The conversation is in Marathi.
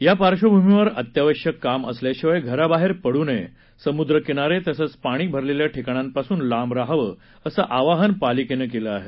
या पार्श्वभूमीवर अत्यावश्यक काम असल्याशिवाय घराबाहेर पडू नये समुद्रकिनारे तसंच पाणी भरलेल्या ठिकाणापासून लांब राहावं असं आवाहन पालिकेनं केलं आहे